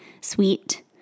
sweet